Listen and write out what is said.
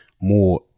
more